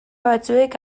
batzuek